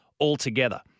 altogether